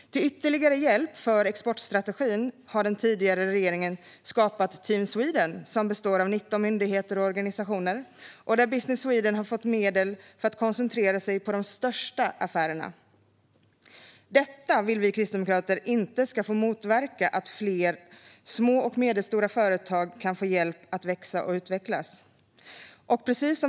Till ytterligare hjälp för exportstrategin har den tidigare regeringen skapat Team Sweden, som består av 19 myndigheter och organisationer och där Business Sweden har fått medel för att koncentrera sig på de största affärerna. Vi kristdemokrater vill inte att detta ska få motverka att fler små och medelstora företag kan få hjälp att växa och utvecklas.